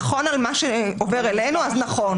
נכון על מה שעובר אלינו, אז נכון.